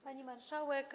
Pani Marszałek!